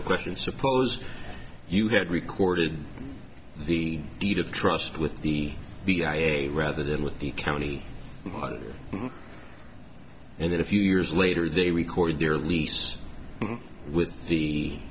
the question suppose you had recorded the deed of trust with the b i a rather than with the county monitor and then a few years later they record their lease with the